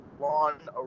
lawn